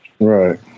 Right